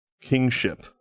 kingship